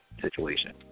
situation